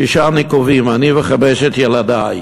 שישה ניקובים, אני וחמשת ילדי.